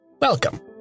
Welcome